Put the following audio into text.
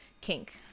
kink